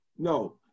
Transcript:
No